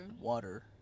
Water